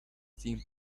team